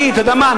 אתה יודע מה,